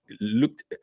looked